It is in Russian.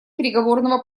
переговорного